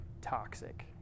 toxic